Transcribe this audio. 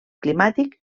climàtic